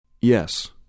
Yes